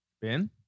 Ben